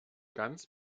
ganz